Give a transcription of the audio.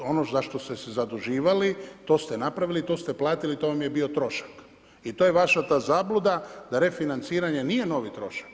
Ono za što ste se zaduživali, toste napravili, to ste platili, to vam je bio trošak i to je vaša ta zabluda da refinanciranje nije novi trošak.